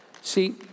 See